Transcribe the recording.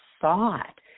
thought